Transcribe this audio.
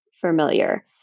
familiar